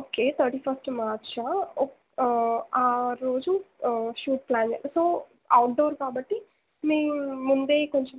okay thirty first మార్చా ఓ ఆరోజు షూట్ ప్లాన్ చేసు సో అవుట్డోర్ కాబట్టి మీ ముందే కొంచెం